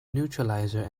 neuralizer